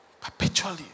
Perpetually